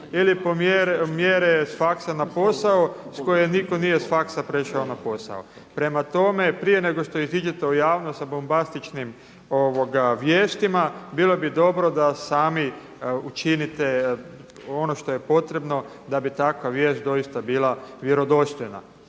ili mjere s faksa na posao s koje nitko nije s faksa prešao na posao. Prema tome, prije nego što iziđete u javnost sa bombastičnim vijestima bilo bi dobro da sami učinite ono što je potrebno da bi takva vijesti doista bila vjerodostojna.